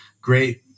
great